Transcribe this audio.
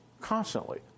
Constantly